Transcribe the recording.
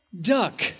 Duck